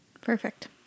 Perfect